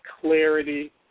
clarity